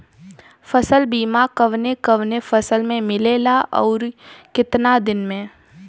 फ़सल बीमा कवने कवने फसल में मिलेला अउर कितना दिन में?